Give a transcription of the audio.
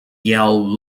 yale